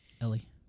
Ellie